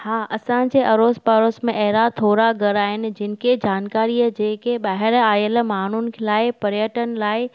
हा असांजे अड़ोस पड़ोस में अहिड़ा थोरा घर आहिनि जिन खे जानकारी आहे जेके ॿाहिरि आयल माण्हुनि लाइ पर्यटन लाइ